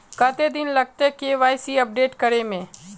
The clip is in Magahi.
कते दिन लगते के.वाई.सी अपडेट करे में?